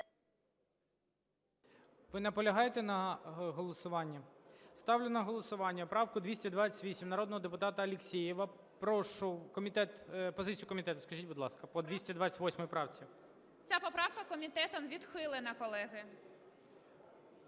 Ви наполягаєте на голосуванні? Ставлю на голосування правку 228 народного депутата Алєксєєва. Прошу позицію комітету скажіть, будь ласка, по 228 правці. 17:31:14 КРАСНОСІЛЬСЬКА А.О. Ця поправка комітетом відхилена, колеги.